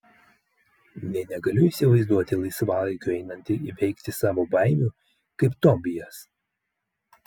nė negaliu įsivaizduoti laisvalaikiu einanti įveikti savo baimių kaip tobijas